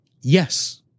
yes